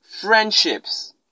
friendships